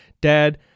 Dad